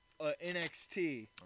NXT